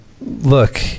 look